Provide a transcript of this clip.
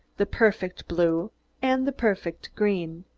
the perfect blue and the perfect green.